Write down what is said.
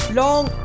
long